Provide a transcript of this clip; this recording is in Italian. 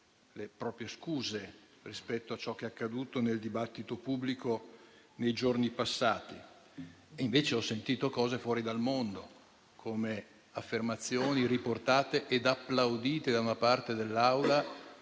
le proprie scuse per quanto accaduto nel dibattito pubblico nei giorni passati; invece ho sentito cose fuori dal mondo, come affermazioni riportate ed applaudite da una parte dell'Assemblea,